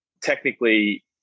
technically